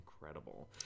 incredible